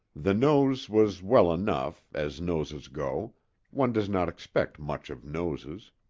the nose was well enough, as noses go one does not expect much of noses.